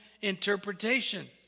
interpretation